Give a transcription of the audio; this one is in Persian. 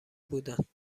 بودند